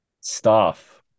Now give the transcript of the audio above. staff